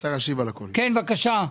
בבקשה.